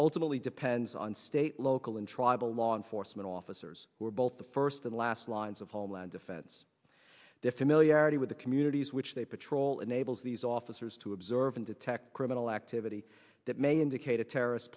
ultimately depends on state local and tribal law enforcement officers who are both the first and last lines of homeland defense the familiarity with the communities which they patrol enables these officers to observe and detect criminal activity that may indicate a terrorist